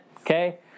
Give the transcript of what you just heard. okay